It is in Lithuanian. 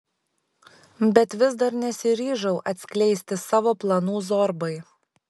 bet vis dar nesiryžau atskleisti savo planų zorbai